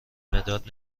مداد